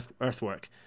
earthwork